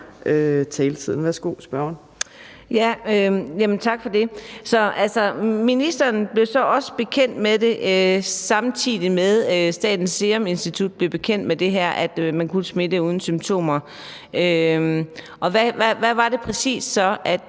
Karina Adsbøl (DF): Tak for det. Så ministeren blev altså bekendt med det, samtidig med at Statens Serum Institut blev bekendt med det, altså at man kunne smitte uden symptomer. Og hvad var det så præcis,